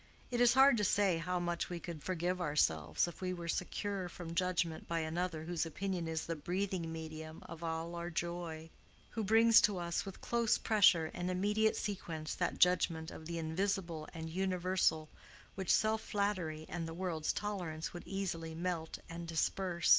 it is hard to say how much we could forgive ourselves if we were secure from judgment by another whose opinion is the breathing-medium of all our joy who brings to us with close pressure and immediate sequence that judgment of the invisible and universal which self-flattery and the world's tolerance would easily melt and disperse.